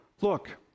Look